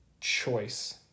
choice